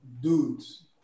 dudes